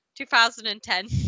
2010